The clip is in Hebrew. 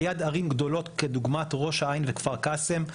על יד ערים גדולות כדוגמת ראש העין וכפר קאסם,